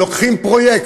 לוקחים פרויקט.